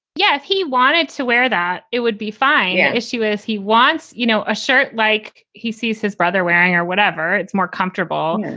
yeah if he wanted to wear that, it would be fine yeah if she was. he wants, you know, a shirt like he sees his brother wearing or whatever. it's more comfortable.